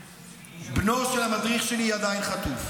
בנו של המדריך שלי עדיין חטוף,